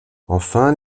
enfin